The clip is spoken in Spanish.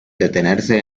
detenerse